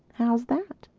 how's that?